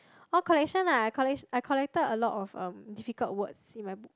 oh collection ah I collectio~ I collected a lot of um difficult words in my book